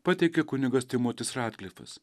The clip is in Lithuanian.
pateikė kunigas timotis ratklifas